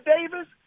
Davis